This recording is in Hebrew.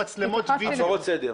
התייחסתי לזה.